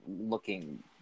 looking